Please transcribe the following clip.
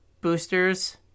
boosters